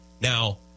Now